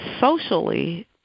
socially